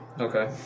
Okay